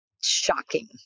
shocking